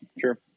sure